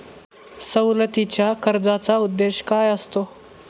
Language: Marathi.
सवलतीच्या कर्जाचा उद्देश काय असतो?